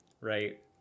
right